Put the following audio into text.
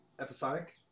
episodic